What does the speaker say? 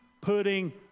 putting